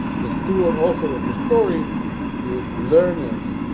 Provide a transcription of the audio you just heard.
the steward author of the story is learned